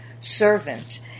servant